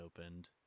opened